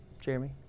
Jeremy